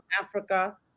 Africa